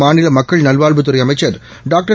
மாநில மக்கள் நல்வாழ்வுத்துறை அமைச்சர் டாக்டர்